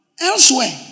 Elsewhere